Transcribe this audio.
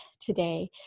today